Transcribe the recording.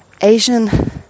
Asian